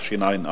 התשע"א 2011,